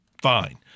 fine